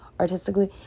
artistically